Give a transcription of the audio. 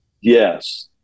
Yes